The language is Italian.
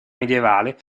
medievale